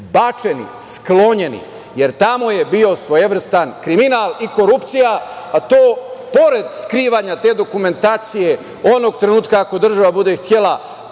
bačeni, sklonjeni, jer tamo je bio svojevrstan kriminal i korupcija, a to pored skrivanja te dokumentacije, onog trenutka ako država bude htela